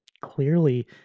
clearly